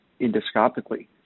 endoscopically